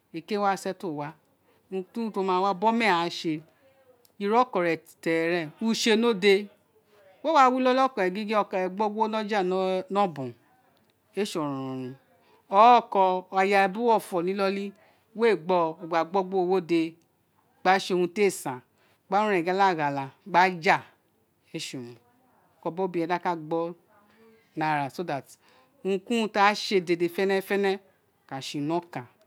Ekè wa settle wa urun ki urun ti o ma wa biri oma ghan sé ira ọkọ rẹ terẹ rẹ use ni odé wéè wa wi oil oko re gingin ọkọ rẹ gbo yin wo na ja ni ọbọn ee sé ọrọn aya rebi uwa ni inoli wee gbo wo gba gbo wo wo ode gba sé unu ti éè san gba ren uren ghala ghala gba sé urun ti ee san gba ja ee se urun oko so that unun ni urun ti áà sé dede fenefene ka sé inọ ọkan